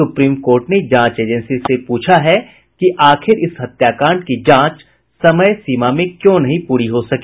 supreme court ने जांच agency से पूछा है कि आखिर इस हत्याकांड की जांच समय सीमा में क्यों नहीं पूरी हो सकी